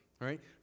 right